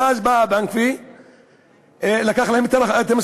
ואז בא הבנק ולקח להם את המשאיות.